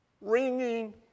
ringing